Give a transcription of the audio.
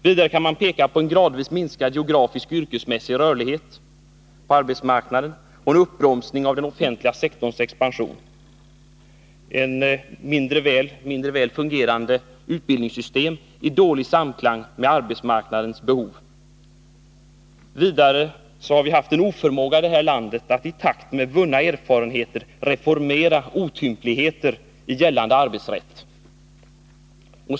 Vidare kan man peka på en gradvis minskad geografisk och yrkesmässig rörlighet på arbetsmarknaden och en uppbromsning av den offentliga sektorns expansion. Vi har vidare haft ett mindre väl fungerande utbildningssystem, som stått i dålig samklang med arbetsmarknadens behov. Dessutom har vi haft en oförmåga i det här landet att i takt med vunna erfarenheter reformera otympligheter i gällande arbetsrätt.